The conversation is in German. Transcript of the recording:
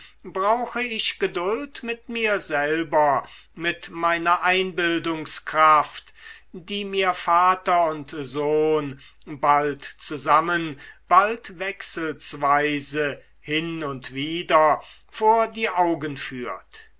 brauche ich geduld mit mir selber mit meiner einbildungskraft die mir vater und sohn bald zusammen bald wechselsweise hin und wieder vor die augen führt